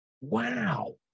Wow